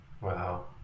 Wow